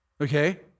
okay